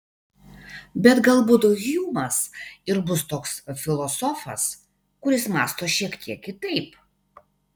bet galbūt hjumas ir bus toks filosofas kuris mąsto šiek tiek kitaip